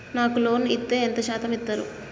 నాకు లోన్ ఇత్తే ఎంత శాతం ఇత్తరు?